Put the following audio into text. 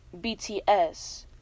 BTS